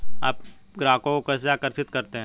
आप ग्राहकों को कैसे आकर्षित करते हैं?